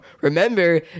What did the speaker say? Remember